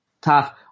tough